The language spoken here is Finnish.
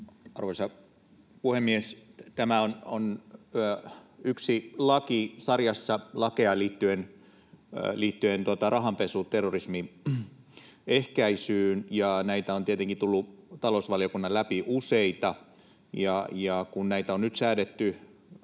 arvoisa puhemies! Tämä on yksi laki sarjassa lakeja liittyen rahanpesuterrorismin ehkäisyyn. Näitä on tietenkin tullut talousvaliokunnan läpi useita, ja kun näitä on nyt säädetty